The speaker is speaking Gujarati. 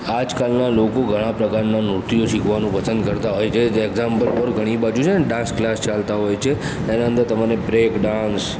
આજકાલના લોકો ઘણાં પ્રકારનાં નૃત્યો શીખવાનું પસંદ કરતા હોય છે જે એક્ઝામ્પલ ફોર ઘણી બાજું છે ને ડાન્સ ક્લાસ ચાલતા હોય છે ત્યારે અંદર તમને બ્રેક ડાન્સ